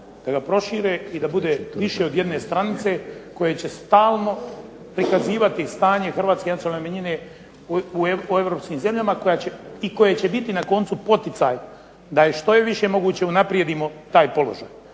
da ga prošire i da bude više od jedne stranice koje će stalno prikazivati stanje Hrvatske nacionalne manjine u europskim zemljama i koje će biti na koncu poticaj da što više moguće unaprijedimo taj položaj.